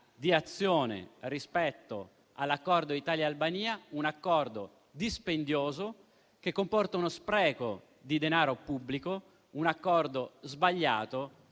di Azione rispetto all'accordo Italia-Albania, un accordo dispendioso, che comporta uno spreco di denaro pubblico, e un accordo sbagliato,